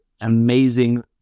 amazing